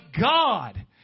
God